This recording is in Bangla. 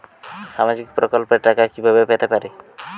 সামাজিক প্রকল্পের টাকা কিভাবে পেতে পারি?